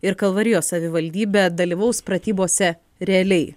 ir kalvarijos savivaldybė dalyvaus pratybose realiai